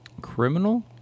Criminal